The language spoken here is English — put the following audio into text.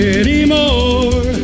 anymore